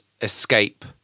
escape